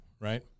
right